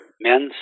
men's